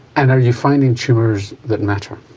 and are you finding tumours that matter?